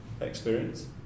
experience